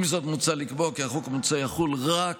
עם זאת, מוצע לקבוע כי החוק יחול רק